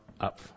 up